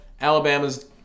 alabama's